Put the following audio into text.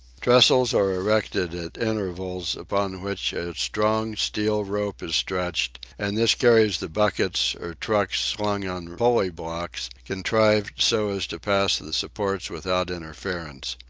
trestles are erected at intervals upon which a strong steel rope is stretched and this carries the buckets or trucks slung on pulley-blocks, contrived so as to pass the supports without interference.